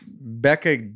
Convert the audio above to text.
Becca